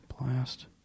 Blast